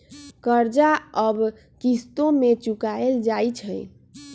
कर्जा अब किश्तो में चुकाएल जाई छई